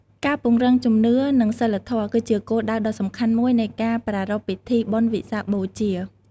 ការពង្រឹងជំនឿ និងសីលធម៌ គឺជាគោលដៅដ៏សំខាន់មួយនៃការប្រារព្ធពិធីបុណ្យវិសាខបូជា។